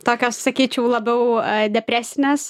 tokios sakyčiau labiau depresinės